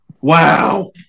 wow